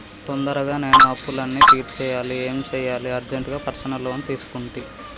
తొందరగా నేను అప్పులన్నీ తీర్చేయాలి ఏం సెయ్యాలి అర్జెంటుగా పర్సనల్ లోన్ తీసుకుంటి